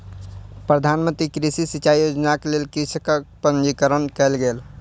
प्रधान मंत्री कृषि सिचाई योजनाक लेल कृषकक पंजीकरण कयल गेल